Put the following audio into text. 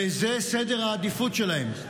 וזה סדר העדיפויות שלהן: